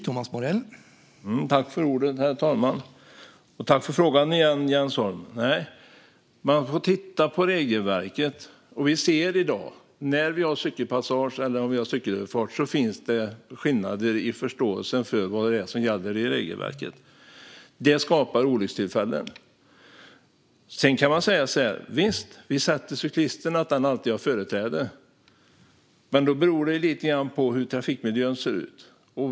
Herr talman! Tack för frågan igen, Jens Holm! Man får titta på regelverket. Vi ser i dag att där vi har cykelpassage eller cykelöverfart finns det skillnader i förståelsen för vad det är som gäller i regelverket. Det skapar olyckstillfällen. Visst kan vi säga att man alltid låter cyklisten ha företräde. Men då beror det lite grann på hur trafikmiljön ser ut.